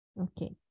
okay